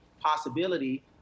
possibility